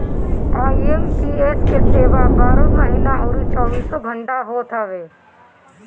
IMPS के सेवा बारहों महिना अउरी चौबीसों घंटा होत हवे